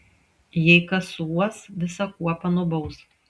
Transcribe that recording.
jei kas suuos visą kuopą nubaus